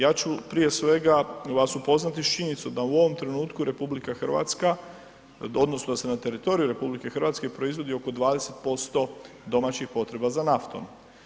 Ja ću prije svega vas upoznati s činjenicom da u ovom trenutku RH odnosno da se na teritoriju RH proizvodi oko 20% domaćih potreba za naftom.